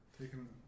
Taking